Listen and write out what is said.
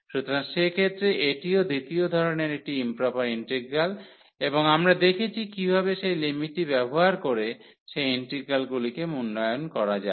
সুতরাং সেক্ষেত্রে এটিও দ্বিতীয় ধরণের একটি ইম্প্রপার ইন্টিগ্রাল এবং আমরা দেখেছি কীভাবে সেই লিমিটটি ব্যবহার করে সেই ইন্টিগ্রালগুলিকে মূল্যায়ন করা যায়